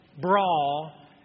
brawl